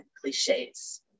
cliches